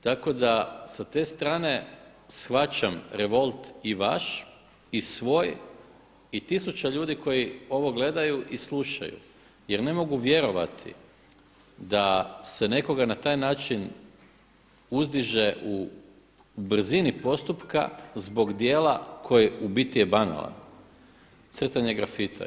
Tako da s te strane shvaćam revolt i vaš i svoj i tisuće ljudi koji ovo gledaju i slušaju jer ne mogu vjerovati da se nekoga na taj način uzdiže u brzini postupka zbog djela koje u biti je banalno, crtanje grafita.